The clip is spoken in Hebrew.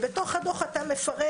ובתוך הדו"ח אתה מפרט